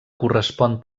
correspon